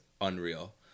unreal